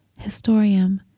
Historium